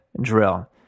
drill